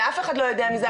שאף אחד לא יודע מזה,